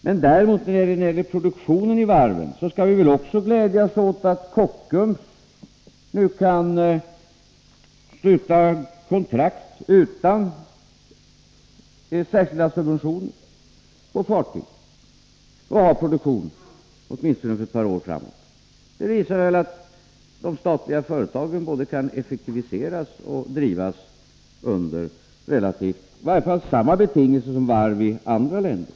Men i fråga om varvens produktion torde vi också kunna glädja oss åt att Kockums nu kan sluta kontrakt utan särskilda subventioner på fartyg och att man har order åtminstone för ett par år framåt. Det visar väl att de statliga företagen både kan effektiviseras och drivas under i varje fall samma betingelser som varv i andra länder.